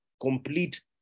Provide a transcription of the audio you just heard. complete